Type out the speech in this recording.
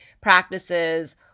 practices